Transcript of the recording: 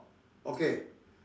okay